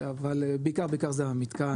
אבל בעיקר בעיקר זה המתקן.